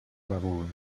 bravura